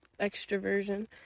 extroversion